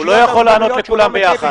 הוא לא יכול לענות לכולם ביחד.